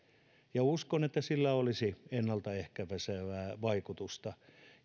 uskon että sillä olisi ennalta ehkäisevää vaikutusta